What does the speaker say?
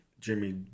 Jimmy